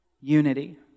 Unity